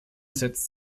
setzt